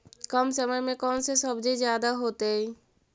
कम समय में कौन से सब्जी ज्यादा होतेई?